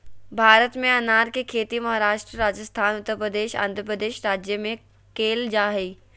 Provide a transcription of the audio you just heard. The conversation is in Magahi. भारत में अनार के खेती महाराष्ट्र, राजस्थान, उत्तरप्रदेश, आंध्रप्रदेश राज्य में कैल जा हई